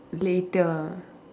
later ah